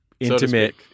intimate